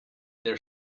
their